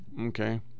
Okay